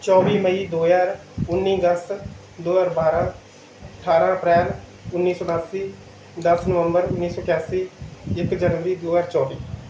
ਚੌਵੀ ਮਈ ਦੋ ਹਜ਼ਾਰ ਉੱਨੀ ਅਗਸਤ ਦੋ ਹਜ਼ਾਰ ਬਾਰਾਂ ਅਠਾਰਾਂ ਅਪ੍ਰੈਲ ਉੱਨੀ ਸੌ ਅਠਾਸੀ ਦਸ ਨਵੰਬਰ ਉੱਨੀ ਸੌ ਇਕਾਸੀ ਇੱਕ ਜਨਵਰੀ ਦੋ ਹਜ਼ਾਰ ਚੌਵੀ